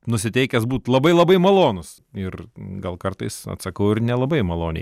nusiteikęs būti labai labai malonus ir gal kartais atsakau ir nelabai maloniai